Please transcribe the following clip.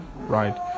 right